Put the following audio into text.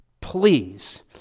please